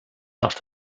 darf